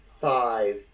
five